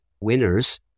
winners